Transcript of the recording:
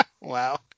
Wow